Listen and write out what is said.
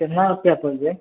इ नाम किएक पुछलियइ